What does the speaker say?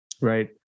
Right